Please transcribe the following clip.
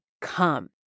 come